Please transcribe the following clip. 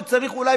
וצריך אולי,